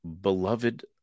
beloved